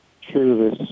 true